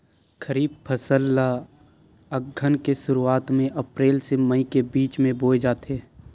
खरीफ फसल ला अघ्घन के शुरुआत में, अप्रेल से मई के बिच में बोए जाथे